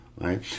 right